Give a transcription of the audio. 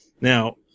now